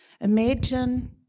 imagine